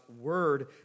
word